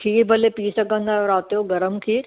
खीर भले पी सघंदा आहियो राति जो गरम खीर